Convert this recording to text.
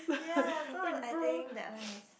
ya so I think that one is